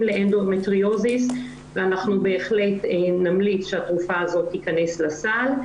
לאנדומטריוזיס ואנחנו בהחלט נמליץ שהתרופה הזאת תיכנס לסל,